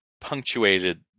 punctuated